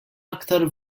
aktar